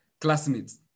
classmates